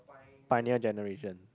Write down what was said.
pioneer generation